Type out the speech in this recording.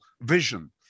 vision